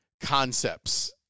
concepts